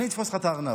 אני אתפוס לך את הארנב.